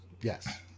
Yes